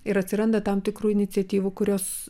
ir atsiranda tam tikrų iniciatyvų kurios